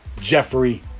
Jeffrey